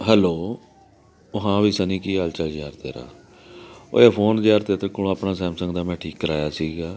hello ਉਹ ਹਾਂ ਵਈ ਸਨੀ ਕੀ ਹਾਲ ਚਾਲ ਯਾਰ ਤੇਰਾ ਓਏ ਫੋਨ ਯਾਰ ਤੇਰੇ ਕੋਲ ਆਪਣਾ ਸੈਮਸੰਗ ਦਾ ਮੈਂ ਠੀਕ ਕਰਾਇਆ ਸੀਗਾ